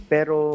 Pero